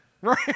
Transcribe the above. Right